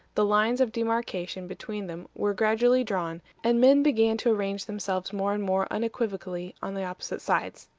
the lines of demarkation between them were gradually drawn, and men began to arrange themselves more and more unequivocally on the opposite sides.